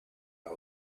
out